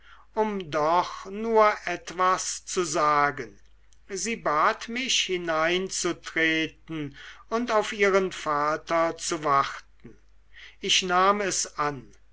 um doch nur etwas zu sagen sie bat mich hineinzutreten und auf ihren vater zu warten ich nahm es an